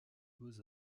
beaux